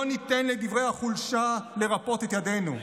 לא ניתן לדברי החולשה לרפות את ידינו.